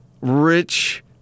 rich